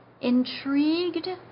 intrigued